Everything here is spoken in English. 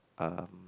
um